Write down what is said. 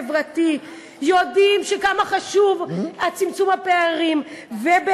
חוץ מחברת הכנסת איילת נחמיאס ורבין.